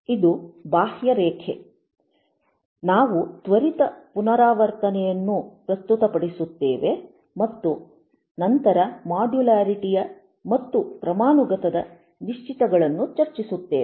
ಇದು ಬಾಹ್ಯರೇಖೆ ನಾವು ತ್ವರಿತ ಪುನರಾವರ್ತನೆಯನ್ನು ಪ್ರಸ್ತುತಪಡಿಸುತ್ತೇವೆ ಮತ್ತು ನಂತರ ಮಾಡ್ಯುಲ್ಯಾರಿಟಿ ಯ ಮತ್ತು ಕ್ರಮಾನುಗತ ದ ನಿಶ್ಚಿತ ಗಳನ್ನು ಚರ್ಚಿಸುತ್ತೇವೆ